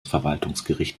verwaltungsgericht